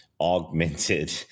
augmented